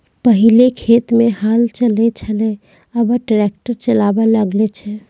पहिलै खेत मे हल चलै छलै आबा ट्रैक्टर चालाबा लागलै छै